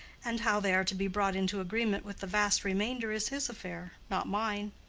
and how they are to be brought into agreement with the vast remainder is his affair, not mine.